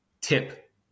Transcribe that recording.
tip